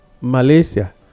Malaysia